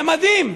זה מדהים.